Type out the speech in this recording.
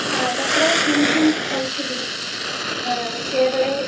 हा तत्र किं किं भविष्यति केरळे